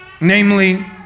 Namely